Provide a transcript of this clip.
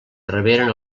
reberen